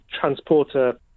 transporter